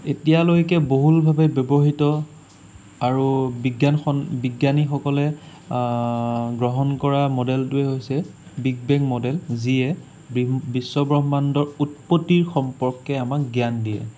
এতিয়ালৈকে বহুলভাৱে ব্যৱহৃত আৰু বিজ্ঞানসন বিজ্ঞানীসকলে গ্ৰহণ কৰা মডেলটোৱেই হৈছে বিগ বেং মডেল যিয়ে বিশ্ব ব্ৰহ্মাণ্ডৰ উৎপত্তিৰ সম্পৰ্কে আমাক জ্ঞান দিয়ে